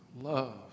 love